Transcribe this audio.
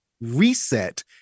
reset